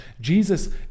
Jesus